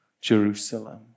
Jerusalem